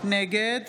נגד